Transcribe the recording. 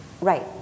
Right